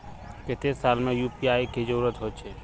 केते साल में यु.पी.आई के जरुरत होचे?